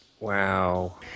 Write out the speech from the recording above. Wow